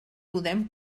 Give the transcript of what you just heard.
podem